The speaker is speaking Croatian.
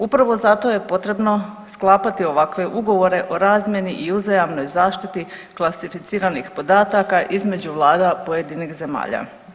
Upravo zato je potrebno sklapati ovakve ugovore o razmjeni i uzajamnoj zaštiti klasificiranih podataka između vlada pojedinih zemalja.